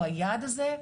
או היעד הזה,